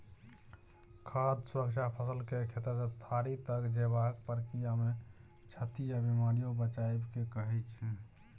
खाद्य सुरक्षा फसलकेँ खेतसँ थारी तक जेबाक प्रक्रियामे क्षति आ बेमारीसँ बचाएब केँ कहय छै